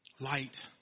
Light